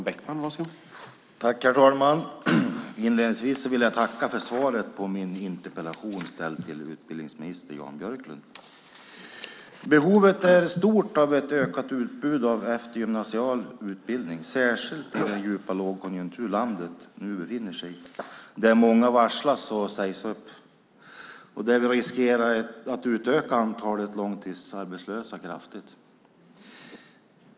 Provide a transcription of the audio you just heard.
Herr talman! Inledningsvis vill jag tacka för svaret på min interpellation ställd till utbildningsminister Jan Björklund. Behovet är stort av ett ökat utbud av eftergymnasial utbildning, särskilt i den djupa lågkonjunktur landet nu befinner sig i, där många varslas och sägs upp och där vi riskerar att öka antalet långtidsarbetslösa kraftigt.